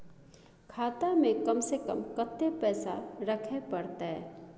खाता में कम से कम कत्ते पैसा रखे परतै?